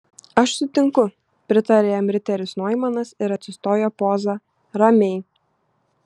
aš sutinku pritarė jam riteris noimanas ir atsistojo poza ramiai